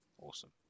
Awesome